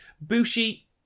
Bushi